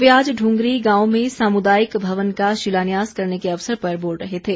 वे आज दुंगरी गांव में सामुदायिक भवन का शिलान्यास करने के अवसर पर बोल रहे थे